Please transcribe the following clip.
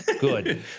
good